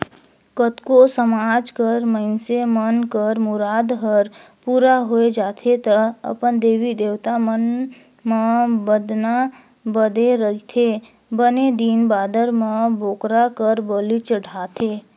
कतको समाज कर मइनसे मन कर मुराद हर पूरा होय जाथे त अपन देवी देवता मन म बदना बदे रहिथे बने दिन बादर म बोकरा कर बली चढ़ाथे